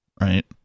right